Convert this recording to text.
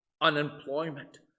Unemployment